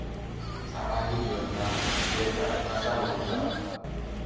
सामाजिक योजना इले काय कसा बघुचा?